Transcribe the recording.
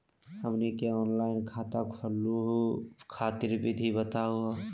हमनी के ऑनलाइन खाता खोलहु खातिर विधि बताहु हो?